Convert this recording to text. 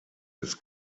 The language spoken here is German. des